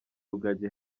rugagi